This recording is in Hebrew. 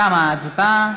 תמה ההצבעה.